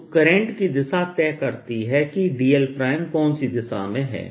तो करंट की दिशा तय करती है कि dl कौन सी दिशा में है